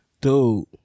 dude